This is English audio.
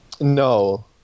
No